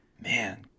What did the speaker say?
man